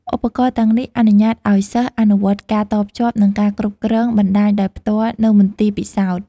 ឧបករណ៍ទាំងនេះអនុញ្ញាតឱ្យសិស្សអនុវត្តការតភ្ជាប់និងការគ្រប់គ្រងបណ្តាញដោយផ្ទាល់នៅមន្ទីរពិសោធន៍។